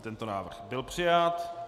Tento návrh byl přijat.